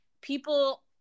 people